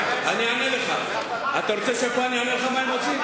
אתה רוצה שפה אני אענה לך מה הם עושים?